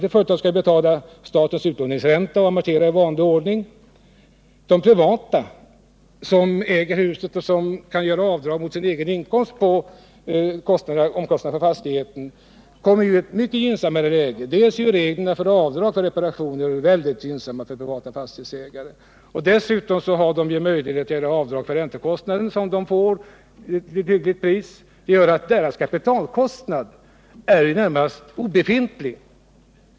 Ett sådant skall betala statens utlåningsränta och amortera i vanlig ordning medan de privata företagen, som äger husen och kan göra avdrag mot sin egen inkomst på omkostnader för fastigheten, kommer i ett mycket gynnsammare läge. Dels är avdragsreglerna för reparationer mycket gynnsamma för privata fastighetsägare, dels har de möjlighet att göra avdrag för räntekostnaden på hyggliga villkor, och det gör att deras kapitalkostnad är i det närmaste obefintlig.